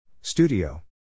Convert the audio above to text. Studio